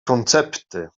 koncepty